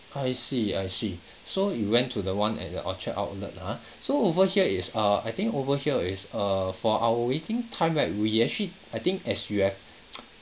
I see I see so you went to the one at the orchard outlet lah ah so over here is err I think over here is err for our waiting time right we actually I think as you have